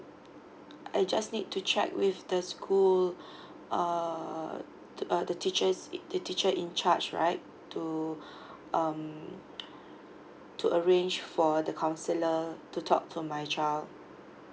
I just need to check with the school err uh the teachers the teacher in charge right to um to arrange for the counsellor to talk to my child